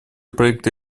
проекта